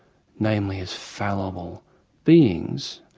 namely as fallible beings